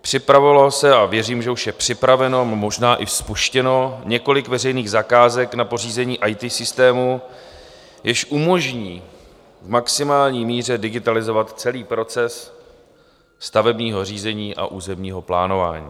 Připravovalo se a věřím, že už je připraveno, možná i spuštěno několik veřejných zakázek na pořízení IT systému, jenž umožní v maximální míře digitalizovat celý proces stavebního řízení a územního plánování.